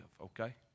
okay